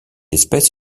espèce